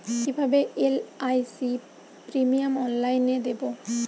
কিভাবে LIC premium অনলাইনে দেবো?